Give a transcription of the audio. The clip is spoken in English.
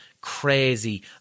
crazy